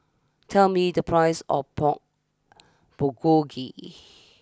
tell me the price of Pork Bulgogi